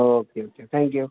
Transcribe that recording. okay okay thank you